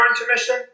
intermission